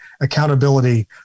accountability